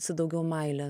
su daugiau meilės